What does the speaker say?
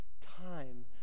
time